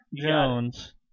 Jones